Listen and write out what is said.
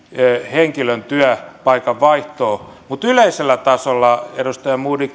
henkilön työpaikan vaihtoa mutta yleisellä tasolla edustaja modig